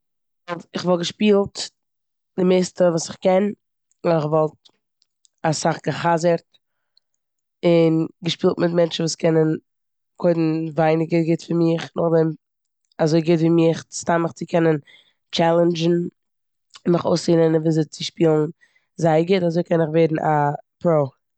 כ'וואלט געשפילט די מערסטע וואס איך קען. כ'וואלט אסאך גע'חזר'ט און געשפילט מיט מענטשן וואס קענען קודם ווייניגער גוט פון מיך, נאכדעם אזוי גוט ווי מיך, סתם מיך צו קענען טשעלענדשען מיך אויסצולערנען וויאזוי צו שפילן זייער גוט אזוי קען איך ווערן א פרא.